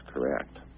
correct